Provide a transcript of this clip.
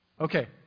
Okay